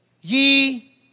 ye